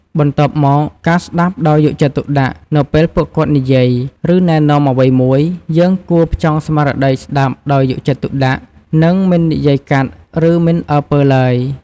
បន្ទាប់មក ការស្ដាប់ដោយយកចិត្តទុកដាក់នៅពេលពួកគាត់និយាយ ឬណែនាំអ្វីមួយ យើងគួរផ្ចង់ស្មារតីស្ដាប់ដោយយកចិត្តទុកដាក់ និងមិននិយាយកាត់ ឬមិនអើពើទ្បើយ។